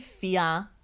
fear